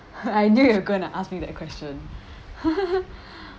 I knew you were going to ask me that question